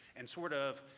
and sort of